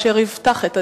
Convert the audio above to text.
אשר יפתח את הדיון,